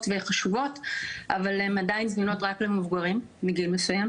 וחשובות אבל הן עדיין זמינות רק למבוגרים מגיל מסוים,